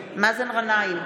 גנאים,